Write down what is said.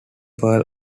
pearl